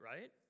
right